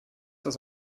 das